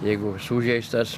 jeigu sužeistas